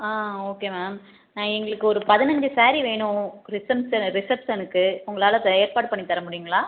ஆ okay ma'am எங்களுக்கு ஒரு பதினஞ்சு ஸாரீ வேணும் ரிசம்ச ரிசப்ஷனுக்கு உங்களால் அதை ஏற்பாடு பண்ணி தர முடியுங்களா